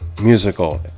musical